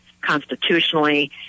constitutionally